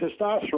testosterone